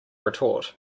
retort